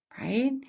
right